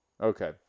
Okay